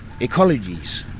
ecologies